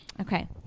Okay